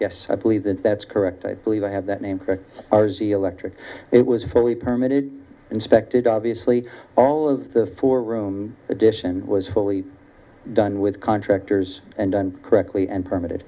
yes i believe that that's correct i believe i have that name r z electric it was fully permitted inspected obviously all of the four room addition was fully done with contractors and done correctly and permitted